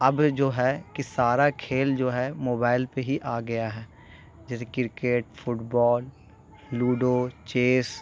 اب جو ہے کہ سارا کھیل جو ہے موبائل پہ ہی آ گیا ہے جیسے کرکٹ فٹبال لوڈو چیس